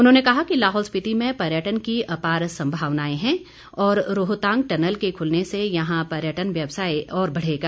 उन्होंने कहा कि लाहौल स्पिति में पर्यटन की अपार संभावनाएं हैं और रोहतांग टनल के खुलने से यहां पर्यटन व्यवसाय भी बढ़ेगा